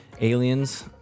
Aliens